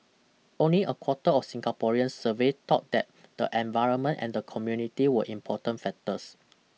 only a quarter of Singaporeans surveyed thought that the environment and the community were important factors